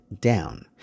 down